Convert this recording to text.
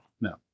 No